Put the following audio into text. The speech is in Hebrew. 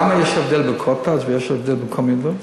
למה יש הבדל בקוטג', ויש הבדל בכל מיני דברים?